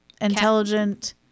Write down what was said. intelligent